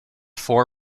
four